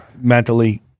mentally